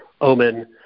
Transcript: Omen